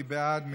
מי בעד?